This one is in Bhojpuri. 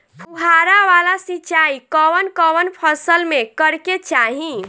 फुहारा वाला सिंचाई कवन कवन फसल में करके चाही?